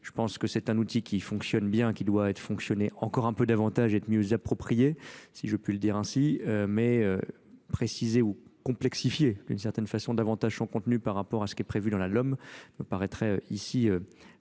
je pense que c'est un outil qui fonctionne bien, qui doit être fonctionné encore un peu davantage et être mieux approprié, si je puis le dire ainsi. Mais Mais préciser ou complexifier, d'une certaine façon, davantage son contenu par rapport à ce qu'est prévu dans la Lom me paraîtrait ici,